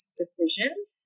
decisions